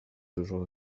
toujours